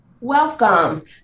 Welcome